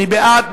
מי בעד?